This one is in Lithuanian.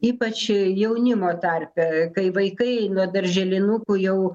ypač jaunimo tarpe kai vaikai nuo darželinukų jau